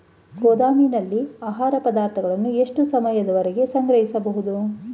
ಗೋದಾಮಿನಲ್ಲಿ ಆಹಾರ ಪದಾರ್ಥಗಳನ್ನು ಎಷ್ಟು ಸಮಯದವರೆಗೆ ಸಂಗ್ರಹಿಸಬಹುದು?